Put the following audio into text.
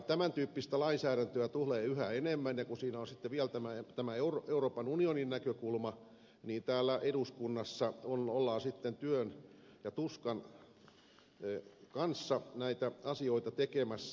tämäntyyppistä lainsäädäntöä tulee yhä enemmän ja kun siinä on sitten vielä tämä euroopan unionin näkökulma niin täällä eduskunnassa ollaan sitten työn ja tuskan kanssa näitä asioita tekemässä